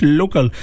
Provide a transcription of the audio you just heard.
local